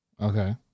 Okay